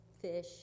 fish